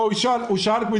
הוא ישאל.